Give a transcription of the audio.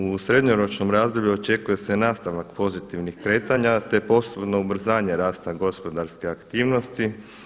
U srednjoročnom razdoblju očekuje se nastavak pozitivnih kretanja, te postupno ubrzanje rasta gospodarske aktivnosti.